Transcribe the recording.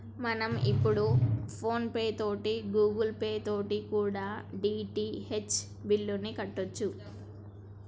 మనం ఇప్పుడు PhonePe తోటి గూగుల్ పే తోటి కూడా డి.టి.హెచ్ బిల్లుని కట్టొచ్చు